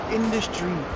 industry